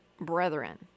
brethren